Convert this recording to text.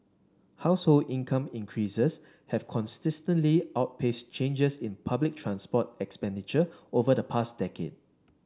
household income increases have consistently outpaced changes in public transport expenditure over the past decade